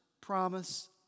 promise